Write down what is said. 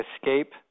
escape